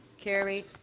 carried.